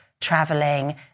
traveling